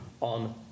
on